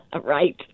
right